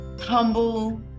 humble